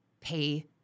pay